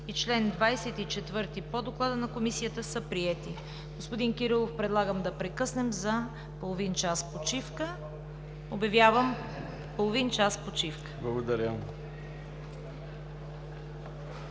и чл. 24 по Доклада на Комисията, са приети. Господин Кирилов, предлагам да прекъснем за половин час почивка. Обявявам половин час почивка! ДОКЛАДЧИК